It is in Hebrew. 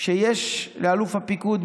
שבה לאלוף הפיקוד,